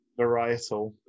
varietal